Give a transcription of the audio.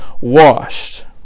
washed